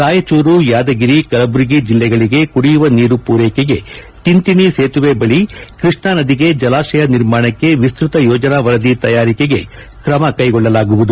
ರಾಯಚೂರು ಯಾದಗಿರಿ ಕಲಬುರಗಿ ಜಿಲ್ಲೆಗಳಿಗೆ ಕುಡಿಯುವ ನೀರು ಪೂರೈಕೆಗೆ ತಿಂತಿಣಿ ಸೇತುವೆ ಬಳಿ ಕೃಷ್ಣಾ ನದಿಗೆ ಜಲಾಶಯ ನಿರ್ಮಾಣಕ್ಕೆ ವಿಸ್ತತ ಯೋಜನಾ ವರದಿ ತಯಾರಿಕೆಗೆ ಕ್ರಮಕ್ಕೆಗೊಳ್ಳಲಾಗುವುದು